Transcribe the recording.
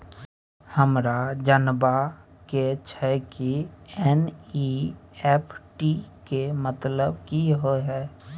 हमरा जनबा के छै की एन.ई.एफ.टी के मतलब की होए है?